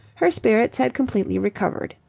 her spirits had completely recovered.